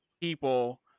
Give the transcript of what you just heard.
people